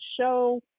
show